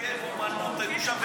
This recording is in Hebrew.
מיצגי אומנות היו